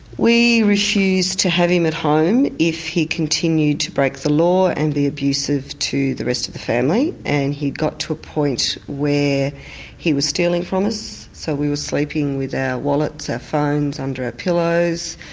we refused to have him at home if he continued to break the law and be abusive to the rest of the family. and he got to a point where he was stealing from us, so we were sleeping with our wallets, our phones under our pillows.